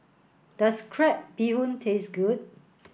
does crab bee hoon taste good